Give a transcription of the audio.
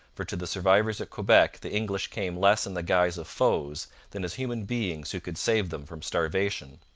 for to the survivors at quebec the english came less in the guise of foes than as human beings who could save them from starvation.